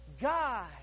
God